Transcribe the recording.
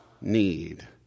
need